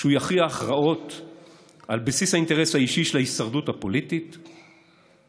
שהוא יכריע הכרעות על בסיס האינטרס האישי של ההישרדות הפוליטית שלו,